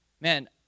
man